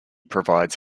provides